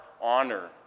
honor